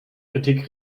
kritik